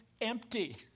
empty